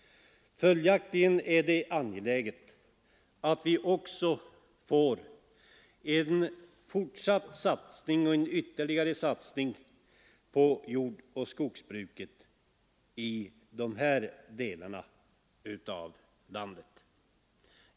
Följaktligen är det angeläget att också få en fortsatt satsning på jordoch skogsbruket i de här delarna av landet.